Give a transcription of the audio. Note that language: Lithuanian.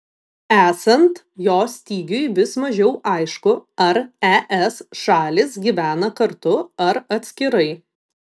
esant jo stygiui vis mažiau aišku ar es šalys gyvena kartu ar atskirai